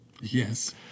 Yes